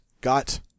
got